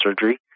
surgery